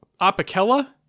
Apicella